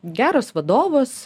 geras vadovas